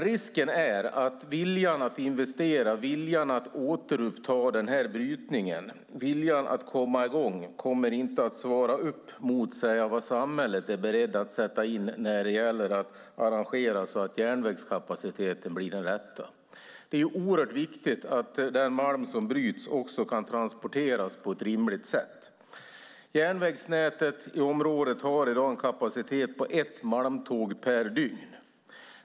Risken är dock att viljan att investera och viljan att återuppta brytningen - viljan att komma i gång - inte kommer att motsvaras av vad samhället är berett att sätta in när det gäller att arrangera järnvägskapaciteten så att den blir den rätta. Det är oerhört viktigt att den malm som bryts också kan transporteras på ett rimligt sätt. Järnvägsnätet i området har i dag en kapacitet på ett malmtåg per dygn.